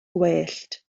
gwellt